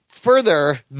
Further